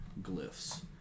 glyphs